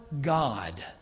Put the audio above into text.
God